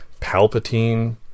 Palpatine